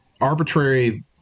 arbitrary